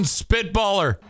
spitballer